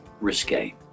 risque